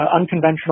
unconventional